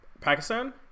pakistan